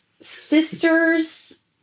sisters